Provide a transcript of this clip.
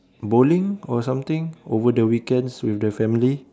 bowling or something over the weekends with the family